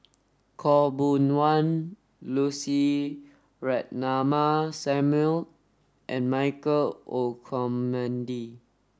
Khaw Boon Wan Lucy Ratnammah Samuel and Michael Olcomendy